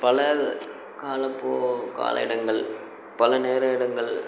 பல காலப்போ கால இடங்கள் பல நேர இடங்கள்